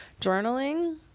journaling